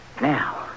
Now